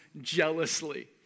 jealously